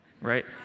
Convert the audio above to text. right